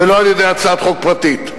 ולא על-ידי הצעת חוק פרטית.